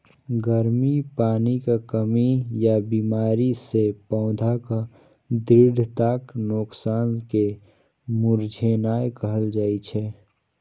गर्मी, पानिक कमी या बीमारी सं पौधाक दृढ़ताक नोकसान कें मुरझेनाय कहल जाइ छै